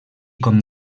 com